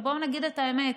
ובואו נגיד את האמת: